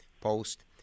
Post